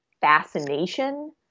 fascination